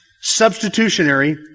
substitutionary